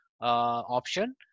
option